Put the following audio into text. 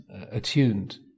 attuned